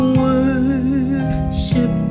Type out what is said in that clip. worship